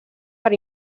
per